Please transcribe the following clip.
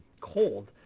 cold